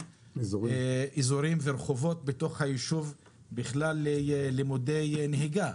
אזורים ורחובות בתוך היישוב בכלל ללימודי נהיגה,